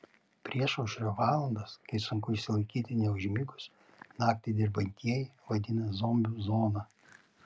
priešaušrio valandas kai sunku išsilaikyti neužmigus naktį dirbantieji vadina zombių zona